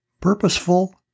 Purposeful